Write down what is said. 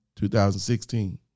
2016